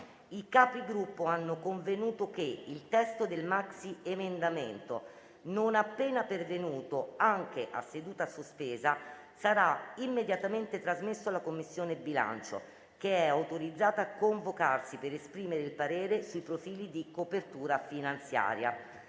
i Capigruppo hanno convenuto che il testo del maxiemendamento, non appena pervenuto, anche a seduta sospesa, sarà immediatamente trasmesso alla Commissione bilancio, che è autorizzata a convocarsi per esprimere il parere sui profili di copertura finanziaria.